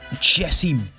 Jesse